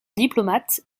diplomate